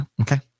okay